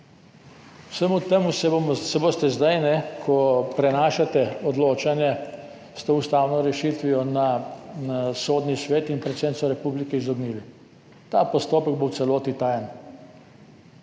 Vsemu temu se boste zdaj, ko prenašate odločanje s to ustavno rešitvijo na Sodni svet in predsednico republike, izognili. Ta postopek bo v celoti tajen.